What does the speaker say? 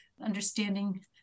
understanding